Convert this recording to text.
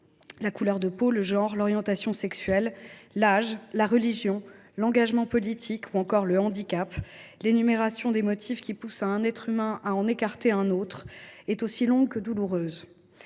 La couleur de peau, le genre, l’orientation sexuelle, l’âge, la religion, l’engagement politique ou encore le handicap : l’énumération des motifs qui poussent un être humain à en écarter un autre est aussi longue que douloureuse.